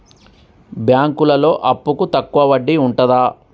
బ్యాంకులలో అప్పుకు తక్కువ వడ్డీ ఉంటదా?